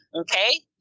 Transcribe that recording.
okay